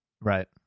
Right